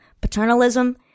Paternalism